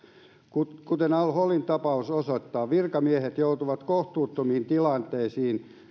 kuten kuten al holin tapaus osoittaa virkamiehet joutuvat kohtuuttomiin tilanteisiin